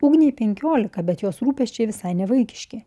ugnei penkiolika bet jos rūpesčiai visai nevaikiški